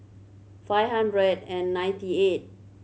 five hundred and ninety eighth